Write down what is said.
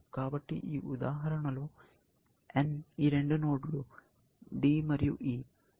కాబట్టి ఈ ఉదాహరణలో n ఈ రెండు నోడ్లు D మరియు E